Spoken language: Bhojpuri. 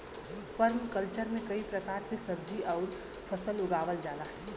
पर्मकल्चर में कई प्रकार के सब्जी आउर फसल उगावल जाला